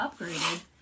upgraded